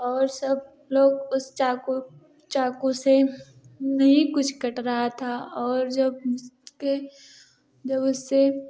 और सब लोग उस चाकू उस चाकू से नहीं कुछ कट रहा था और जब उसके जब उससे